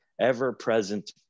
ever-present